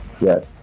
Yes